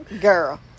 Girl